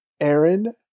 Aaron